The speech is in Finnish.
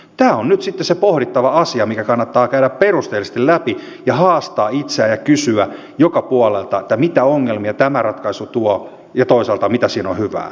tämä on nyt sitten se pohdittava asia mikä kannattaa käydä perusteellisesti läpi ja haastaa itseään ja kysyä joka puolelta mitä ongelmia tämä ratkaisu tuo ja toisaalta mitä siinä on hyvää